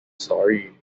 story